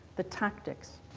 the tactics,